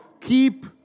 keep